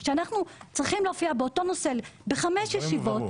אבל כשאנחנו צריכים להופיע באותו נושא בחמש ישיבות